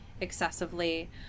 excessively